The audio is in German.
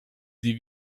sie